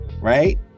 right